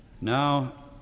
Now